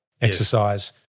exercise